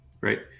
right